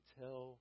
tell